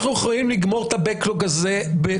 אנחנו יכולים לגמור את ה-backlog (בתרגום חופשי